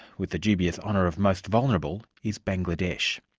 with the dubious honour of most vulnerable is bangladesh.